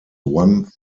one